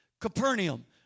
Capernaum